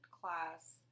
class